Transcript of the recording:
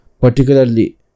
particularly